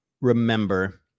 remember